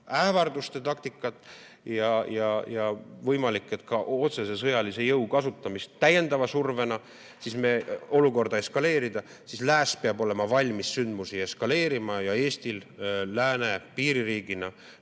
ähvarduste taktikat ja võimalik, et ka otsese sõjalise jõu kasutamist täiendava survena, olukorda eskaleerida. Lääs peab olema valmis sündmusi eskaleerima ja Eestil lääne piiririigina